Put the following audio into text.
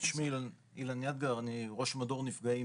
שמי אילן ידגר, אני ראש מדור נפגעים